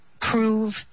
prove